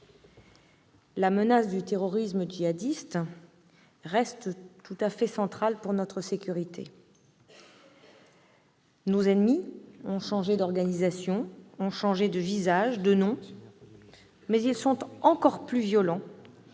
La menace du terrorisme djihadiste reste centrale pour notre sécurité. Nos ennemis ont changé d'organisation, de visages, de noms, mais ils sont encore plus violents